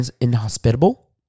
inhospitable